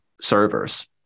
servers